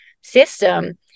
system